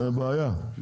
זה בעיה,